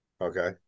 Okay